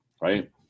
right